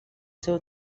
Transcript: seu